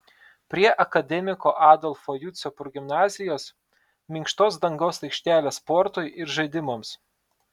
prie akademiko adolfo jucio progimnazijos minkštos dangos aikštelė sportui ir žaidimams